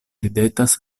ridetas